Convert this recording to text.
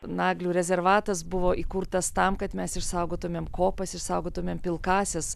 naglių rezervatas buvo įkurtas tam kad mes išsaugotumėm kopas išsaugotumėm pilkąsias